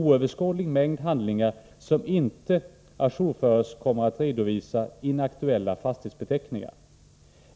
oöverskådlig mängd handlingar som inte å jour-förs kommer att redovisa inaktuella fastighetsbeteckningar.